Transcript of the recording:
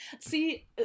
See